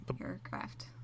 aircraft